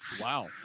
Wow